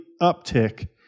uptick